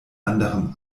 anderem